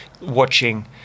watching